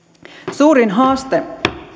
suurin haaste